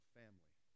family